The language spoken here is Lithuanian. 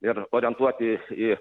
ir orientuoti į